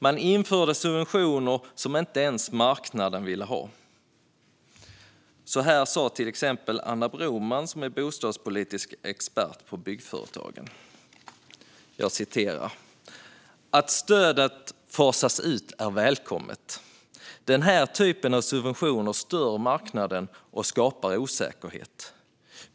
Man införde subventioner som inte ens marknaden ville ha. Så här sa till exempel Anna Broman, bostadspolitisk expert på Byggföretagen: "Att stödet fasas ut är välkommet. Den här typen av subventioner stör marknaden och skapar osäkerhet.